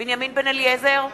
בנימין בן-אליעזר,